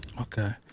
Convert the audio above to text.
Okay